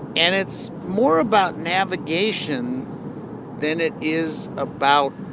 and it's more about navigation than it is about